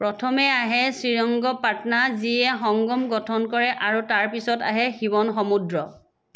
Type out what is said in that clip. প্ৰথমে আহে শ্ৰীৰংগপাটনা যিয়ে সংগম গঠন কৰে আৰু তাৰ পিছত আহে শিৱনসমুদ্ৰ